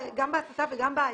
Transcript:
בהסטה וגם בהסדר-החזר,